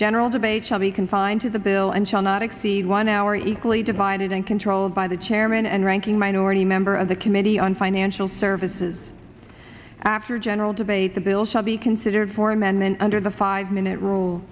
general debate shall be confined to the bill and shall not exceed one hour equally divided and controlled by the chairman and ranking minority member of the committee on financial services after general debate the bill shall be considered for amendment under the five minute rule